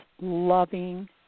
loving